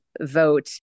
vote